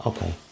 Okay